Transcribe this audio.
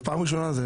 פעם ראשונה.